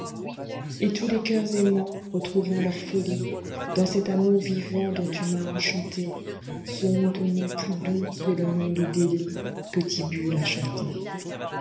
et tous les coeurs aimants retrouvant leur folie dans cet amour vivant dont tu m'as enchanté sauront ton nom plus doux que le nom de délie que tibulle a chanté